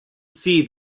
see